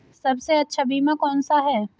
सबसे अच्छा बीमा कौन सा है?